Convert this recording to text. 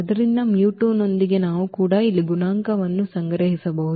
ಆದ್ದರಿಂದ ನೊಂದಿಗೆ ನಾವು ಕೂಡ ಇಲ್ಲಿ ಗುಣಾಂಕಗಳನ್ನು ಸಂಗ್ರಹಿಸಬಹುದು